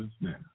now